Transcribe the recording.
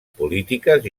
polítiques